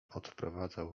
odprowadzał